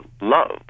love